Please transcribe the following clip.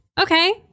Okay